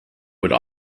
would